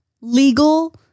legal